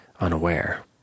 unaware